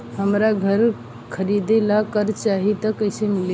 हमरा घर खरीदे ला कर्जा चाही त कैसे मिली?